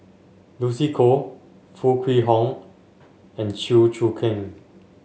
Lucy Koh Foo Kwee Horng and Chew Choo Keng